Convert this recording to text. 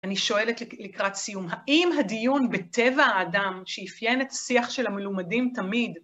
אני שואלת לקראת סיום, האם הדיון בטבע האדם, שאיפיין את השיח של המלומדים תמיד